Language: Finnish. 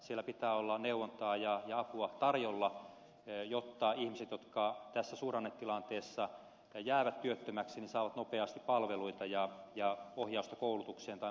siellä pitää olla neuvontaa ja apua tarjolla jotta ihmiset jotka tässä suhdannetilanteessa jäävät työttömiksi saavat nopeasti palveluita ja ohjausta koulutukseen tai muihin toimenpiteisiin